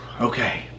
okay